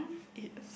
mum